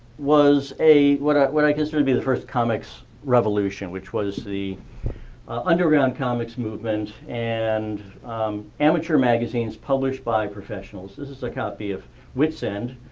was a, what ah what i consider to be the first comic's revolution, which was the underground comix movement and amateur magazines published by professionals. this is a copy of witzend,